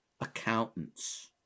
accountants